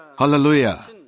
Hallelujah